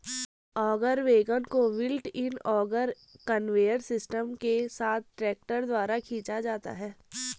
auger wagon को built in auger conveyor system के साथ ट्रैक्टर द्वारा खींचा जाता है